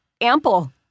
ample